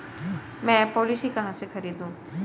मैं पॉलिसी कहाँ से खरीदूं?